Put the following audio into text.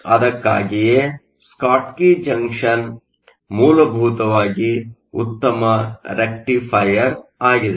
ಅದಕ್ಕಾಗಿಯೇ Schottky junction ಮೂಲಭೂತವಾಗಿ ಉತ್ತಮ ರೆಕ್ಟಿಫೈಯರ್ ಆಗಿದೆ